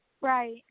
Right